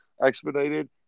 expedited